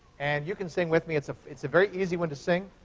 and you can sing with me. it's ah it's a very easy one to sing.